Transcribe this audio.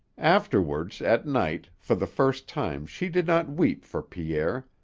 afterwards, at night, for the first time she did not weep for pierre,